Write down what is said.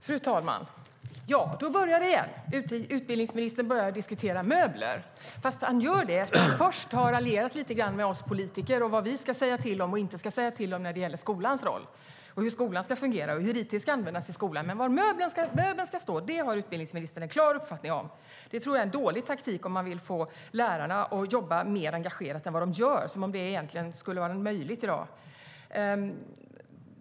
Fru talman! Ja, då börjar det igen. Utbildningsministern börjar diskutera möbler. Han gör det efter att först ha raljerat lite grann om oss politiker och vad vi ska säga till om och inte när det gäller skolans roll, hur skolan ska fungera och hur it ska användas i skolan. Var möblerna ska stå har dock utbildningsministern en klar uppfattning om. Det tror jag är en dålig taktik om man vill få lärarna att jobba mer engagerat än de gör - som om det egentligen skulle vara möjligt i dag.